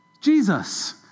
Jesus